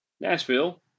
Nashville